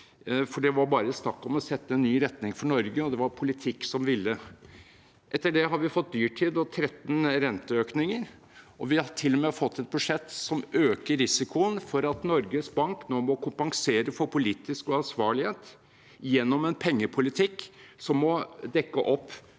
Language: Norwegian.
for det var bare snakk om å sette en ny retning for Norge, og det var politikk som ville. Etter det har vi fått dyrtid og 13 renteøkninger, og vi har til og med fått et budsjett som øker risikoen for at Norges Bank nå må kompensere for politisk uansvarlighet gjennom en pengepolitikk som må dekke opp